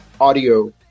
audio